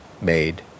made